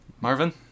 Marvin